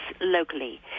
locally